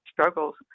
struggles